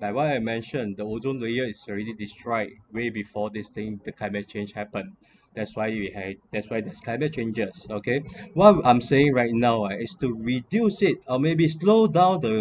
like what I mentioned the ozone layer is already destroyed maybe before this thing the climate change happen that's why we had that's why the climate changes okay what I’m saying right now is to reduce it or maybe slowed down the